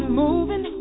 moving